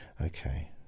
Okay